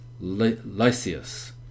lysias